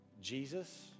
Jesus